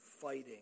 fighting